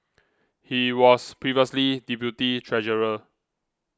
he was previously deputy treasurer